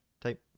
type